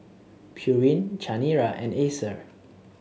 Pureen Chanira and Acer